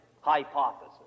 hypothesis